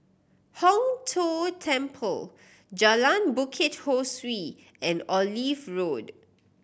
Hong Tho Temple Jalan Bukit Ho Swee and Olive Road